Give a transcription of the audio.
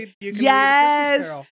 Yes